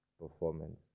performance